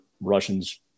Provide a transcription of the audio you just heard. Russians